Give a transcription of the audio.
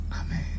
Amen